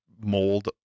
Mold